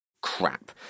crap